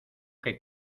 que